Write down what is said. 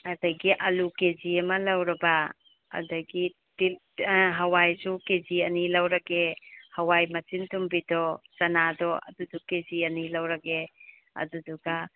ꯑꯗꯒꯤ ꯑꯂꯨ ꯀꯦꯖꯤ ꯑꯃ ꯂꯧꯔꯕ ꯑꯗꯒꯤ ꯑꯥ ꯍꯋꯥꯏꯁꯨ ꯀꯦꯖꯤ ꯑꯅꯤ ꯂꯧꯔꯒꯦ ꯍꯋꯥꯏ ꯃꯆꯤꯟ ꯇꯨꯝꯕꯤꯗꯣ ꯆꯅꯥꯗꯣ ꯑꯗꯨꯗꯣ ꯀꯦꯖꯤ ꯑꯅꯤ ꯂꯧꯔꯒꯦ ꯑꯗꯨꯗꯨꯒ